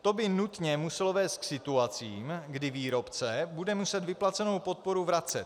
To by nutně muselo vést k situacím, kdy výrobce bude muset vyplacenou podporu vracet.